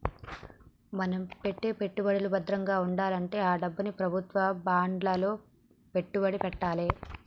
మన పెట్టే పెట్టుబడులు భద్రంగా వుండాలంటే ఆ డబ్బుని ప్రభుత్వం బాండ్లలో పెట్టుబడి పెట్టాలే